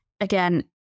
Again